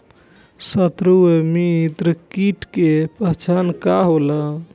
सत्रु व मित्र कीट के पहचान का होला?